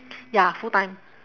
ya full time